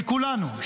של כולנו,